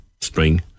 spring